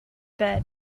bed